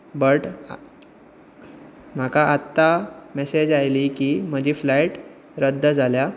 but म्हाका आतां message आयली की म्हजी फ्लायट रद्द जाल्या